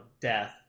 death